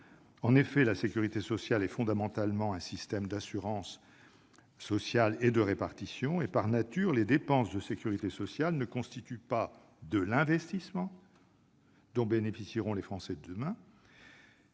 En effet, la sécurité sociale est fondamentalement un système d'assurance sociale et de répartition. Par nature, les dépenses de sécurité sociale ne sont pas, comme certaines dépenses de l'État, un investissement dont bénéficieront les Français de demain